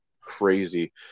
Crazy